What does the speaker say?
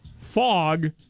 fog